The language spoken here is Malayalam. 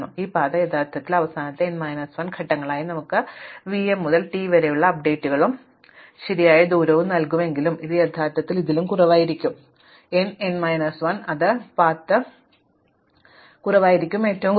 അതിനാൽ ഈ പാത യഥാർത്ഥത്തിൽ അവസാനത്തെ n മൈനസ് 1 ഘട്ടങ്ങളായി നമുക്ക് vm മുതൽ t വരെയുള്ള അപ്ഡേറ്റും t നെക്കുറിച്ചുള്ള ശരിയായ ദൂരവും നൽകുമെങ്കിലും ഇത് യഥാർത്ഥത്തിൽ ഇതിലും കുറവായിരിക്കാം n n മൈനസ് 1 അത് പാത്ത് കുറവായിരിക്കും കുറഞ്ഞ നീളം